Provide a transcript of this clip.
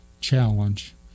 challenge